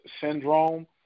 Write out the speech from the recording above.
syndrome